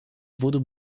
wurde